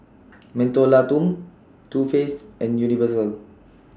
Mentholatum Too Faced and Universal